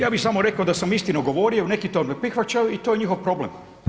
Ja bi samo reko da sam istinu govorio, neki to ne prihvaćaju i to je njihov problem.